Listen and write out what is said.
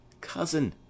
cousin